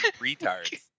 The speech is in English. retards